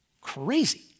crazy